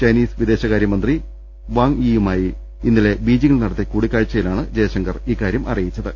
Chinese വിദേശകാര്യ മന്ത്രി വാങ്യിയുമായി ഇന്നലെ ബീജിങ്ങിൽ നടത്തിയ കൂടിക്കാഴ്ചയിലാണ് ജയശങ്കർ ഇക്കാര്യം അറിയിച്ചത്